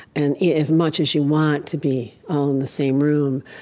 and as much as you want to be all in the same room,